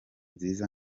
nziza